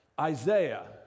Isaiah